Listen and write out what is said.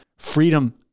freedom